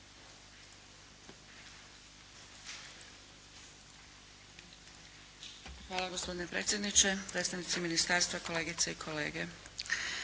Hvala gospodine predsjedniče. Predstavnici ministarstva, kolegice i kolege.